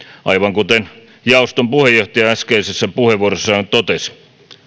aivan kuten jaoston puheenjohtaja äskeisessä puheenvuorossaan totesi